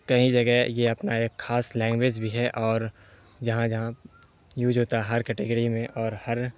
کہیں جگہ یہ اپنا ایک خاص لینگویج بھی ہے اور جہاں جہاں یوج ہوتا ہے ہر کیٹیگری میں اور ہر